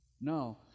no